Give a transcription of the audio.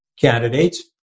candidates